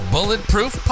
Bulletproof